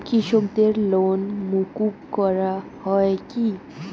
কৃষকদের লোন মুকুব করা হয় কি?